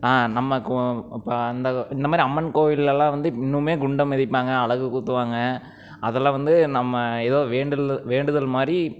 நம்ம இப்போ இந்த மாதிரி அம்மன் கோயில்லெல்லாம் வந்து இன்னுமே குண்டம் மிதிப்பாங்க அலகு குத்துவாங்க அதெல்லாம் வந்து நம்ம ஏதோ வேண்டுல் வேண்டுதல் மாதிரி